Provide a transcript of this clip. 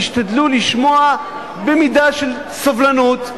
תשתדלו לשמוע במידה של סובלנות,